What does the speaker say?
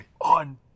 on